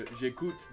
j'écoute